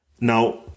Now